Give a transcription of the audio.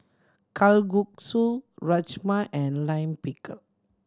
Kalguksu Rajma and Lime Pickle